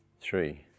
three